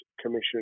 Commission